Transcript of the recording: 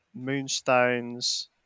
Moonstones